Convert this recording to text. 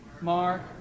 Mark